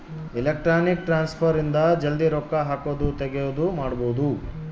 electronic transfer ಇಂದ ಜಲ್ದೀ ರೊಕ್ಕ ಹಾಕೋದು ತೆಗಿಯೋದು ಮಾಡ್ಬೋದು